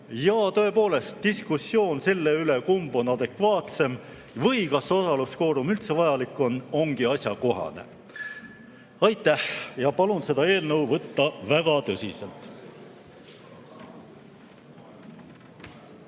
Tõepoolest, diskussioon selle üle, kumb on adekvaatsem või kas osaluskvoorum on üldse vajalik, ongi asjakohane. Aitäh! Palun seda eelnõu võtta väga tõsiselt.